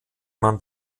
man